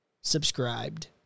subscribed